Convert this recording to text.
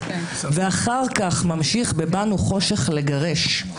ואחר כך ממשיך בבאנו חושך לגרש,